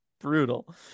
brutal